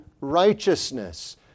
righteousness